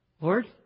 Lord